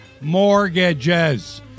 mortgages